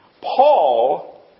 Paul